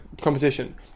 competition